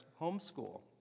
homeschool